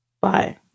Bye